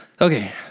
Okay